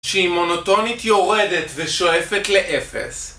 שהיא מונוטונית יורדת ושואפת לאפס